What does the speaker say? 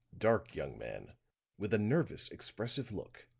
dark young man with a nervous, expressive look,